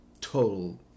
total